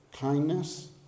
kindness